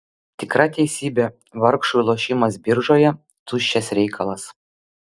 tikra teisybė vargšui lošimas biržoje tuščias reikalas